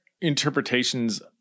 interpretations